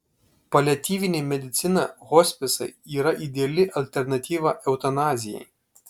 paliatyvinė medicina hospisai yra ideali alternatyva eutanazijai